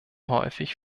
häufig